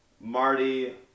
Marty